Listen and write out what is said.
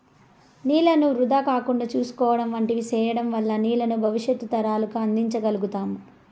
నీళ్ళను వృధా కాకుండా చూసుకోవడం వంటివి సేయడం వల్ల నీళ్ళను భవిష్యత్తు తరాలకు అందించ గల్గుతాం